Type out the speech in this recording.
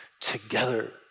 together